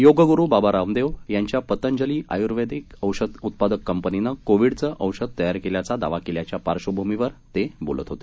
योगगुरु बाबा रामदेव यांच्या पतंजली आयुर्वेद औषध उत्पादक कंपनीने कोविडचं औषध तयार केल्याचा दावा केल्याच्या पार्श्वभूमीवर ते बोलत होते